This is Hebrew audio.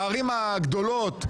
בערים הגדולות,